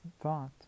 thought